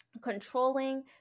controlling